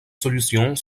solutions